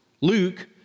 Luke